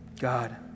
God